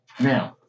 Now